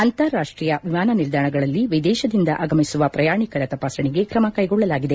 ಅಂತಾರಾಷ್ಟೀಯ ವಿಮಾನ ನಿಲ್ದಾಣಗಳಲ್ಲಿ ವಿದೇಶದಿಂದ ಆಗಮಿಸುವ ಪ್ರಯಾಣಿಕರ ತಪಾಸಣೆಗೆ ಕ್ರಮ ಕೈಗೊಳ್ಳಲಾಗಿದೆ